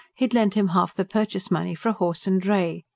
he had lent him half the purchase-money for a horse and dray,